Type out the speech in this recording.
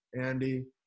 Andy